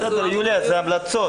יוליה, זה המלצות.